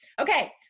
Okay